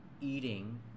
eating –